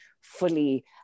fully